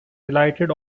delighted